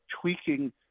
tweaking